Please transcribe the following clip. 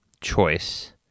choice